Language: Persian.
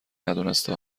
ندونسته